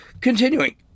Continuing